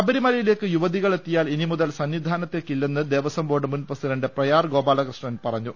ശബരിമലയിലേക്ക് യുവതികൾ എത്തിയാൽ ഇനിനമുതൽ സന്നിധാനത്തേ ക്കില്ലെന്ന് ദേവസ്വം ബോർഡ് മുൻ പ്രസിഡന്റ് പ്രയാർ ഗോപാലകൃഷ്ണൻ പ റഞ്ഞു